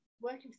working